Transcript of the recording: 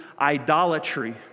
idolatry